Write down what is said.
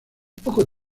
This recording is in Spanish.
poco